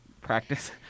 practice